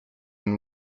and